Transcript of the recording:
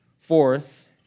Fourth